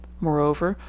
moreover,